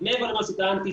אז מעבר למה שטענתי,